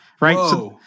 Right